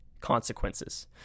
consequences